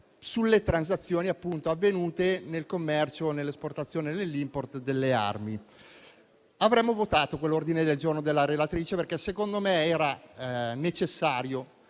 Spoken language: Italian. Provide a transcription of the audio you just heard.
sulle transazioni avvenute nel commercio, nell'esportazione e nell'*import* di armi. Noi avremmo votato quell'ordine del giorno della relatrice, perché - secondo me - era necessario.